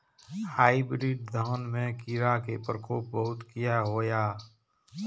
Hybrid धान में कीरा के प्रकोप बहुत किया होया?